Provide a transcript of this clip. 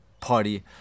party